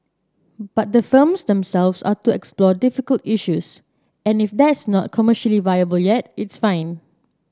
but the films themselves are to explore difficult issues and if that's not commercially viable yet it's fine